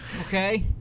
Okay